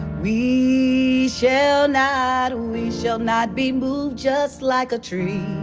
we shall not, we shall not be moved. just like a tree